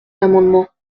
d’amendements